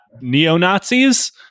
neo-Nazis